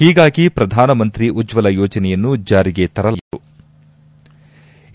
ಹೀಗಾಗಿಯೇ ಪ್ರಧಾನಮಂತ್ರಿ ಉಜ್ವಲ ಯೋಜನೆಯನ್ನು ಜಾರಿಗೆ ತರಲಾಗಿದೆ ಎಂದರು